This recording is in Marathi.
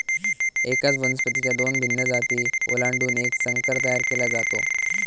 एकाच वनस्पतीच्या दोन भिन्न जाती ओलांडून एक संकर तयार केला जातो